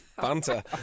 Banter